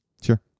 Sure